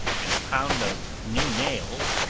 and a pound of new nails,